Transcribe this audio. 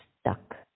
stuck